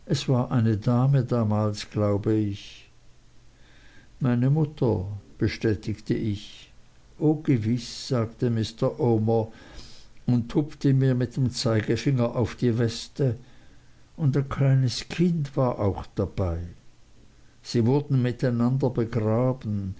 es war eine dame damals glaube ich meine mutter bestätigte ich o gewiß sagte mr omer und tupfte mir mit dem zeigefinger auf die weste und ein kleines kind war auch dabei sie wurden miteinander begraben